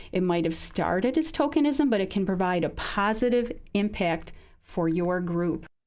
it might have started as tokenism, but it can provide a positive impact for your group.